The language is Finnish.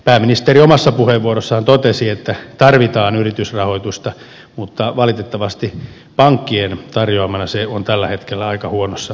pääministeri omassa puheenvuorossaan totesi että tarvitaan yritysrahoitusta mutta valitettavasti pankkien tarjoamana se on tällä hetkellä aika huonossa tilanteessa